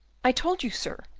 i told you, sir,